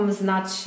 znać